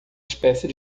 espécie